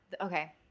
Okay